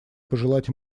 пожелать